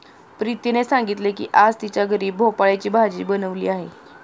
प्रीतीने सांगितले की आज तिच्या घरी भोपळ्याची भाजी बनवली आहे